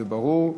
זה ברור.